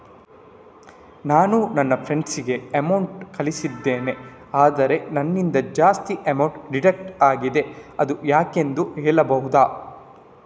ನಾನು ನನ್ನ ಫ್ರೆಂಡ್ ಗೆ ಅಮೌಂಟ್ ಕಳ್ಸಿದ್ದೇನೆ ಆದ್ರೆ ನನ್ನಿಂದ ಜಾಸ್ತಿ ಅಮೌಂಟ್ ಡಿಡಕ್ಟ್ ಆಗಿದೆ ಅದು ಯಾಕೆಂದು ಹೇಳ್ಬಹುದಾ?